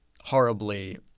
horribly